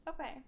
okay